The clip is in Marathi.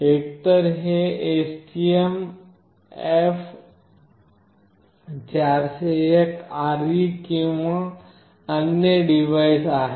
एकतर हे STMF401RE किंवा अन्य डिव्हाइस आहे